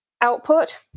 output